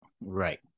right